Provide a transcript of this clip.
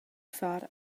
far